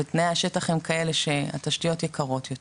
ותנאי השטח הם כאלה שהתשתיות יקרות יותר,